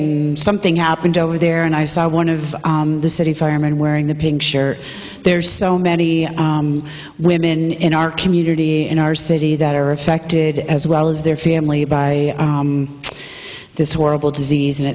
and something happened over there and i saw one of the city firemen wearing the pink shirt there's so many women in our community in our city that are affected as well as their family by this horrible disease and